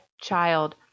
child